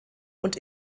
und